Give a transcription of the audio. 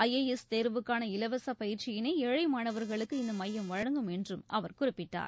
I A S தேர்வுக்கான இலவச பயிற்சியினை ஏழை மாணவர்களுக்கு இந்த மையம் வழங்கும் என்றும் அவர் குறிப்பிட்டார்